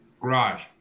Garage